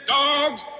dogs